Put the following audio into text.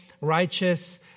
righteous